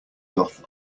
doth